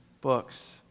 books